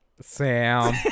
Sam